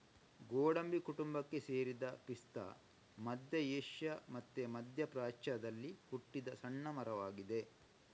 ಗೋಡಂಬಿ ಕುಟುಂಬಕ್ಕೆ ಸೇರಿದ ಪಿಸ್ತಾ ಮಧ್ಯ ಏಷ್ಯಾ ಮತ್ತೆ ಮಧ್ಯ ಪ್ರಾಚ್ಯದಲ್ಲಿ ಹುಟ್ಟಿದ ಸಣ್ಣ ಮರವಾಗಿದೆ